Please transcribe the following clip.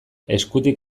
eskutik